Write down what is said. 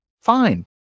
fine